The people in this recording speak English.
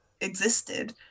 existed